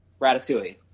Ratatouille